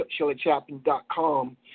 ShellyChapman.com